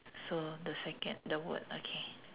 so the second the word okay